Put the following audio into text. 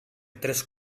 tres